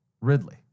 Ridley